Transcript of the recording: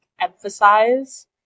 emphasize